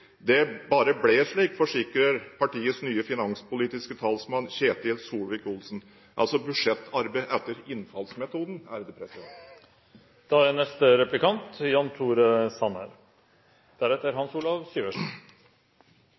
Det bare ble slikt, forsikrer partiets nye finanspolitiske talsmann, Ketil Solvik-Olsen.» Det er altså budsjettarbeid etter innfallsmetoden!